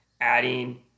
adding